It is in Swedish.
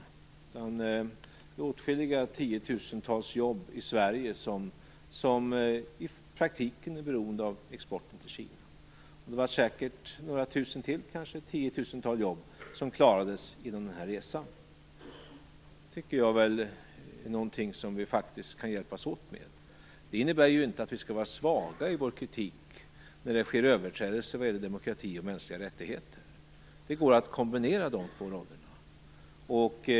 Det är åtskilliga tiotusentals jobb i Sverige som i praktiken är beroende av exportindustrierna. Det var säkert ytterligare tusentals jobb som klarades under denna resa. Det är faktiskt någonting som vi kan hjälpas åt med, men det innebär ju inte att vi skall vara svaga i vår kritik mot överträdelser när det gäller demokrati och mänskliga rättigheter. Det går att kombinera dessa två roller.